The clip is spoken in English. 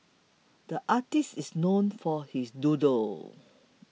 the artist is known for his doodles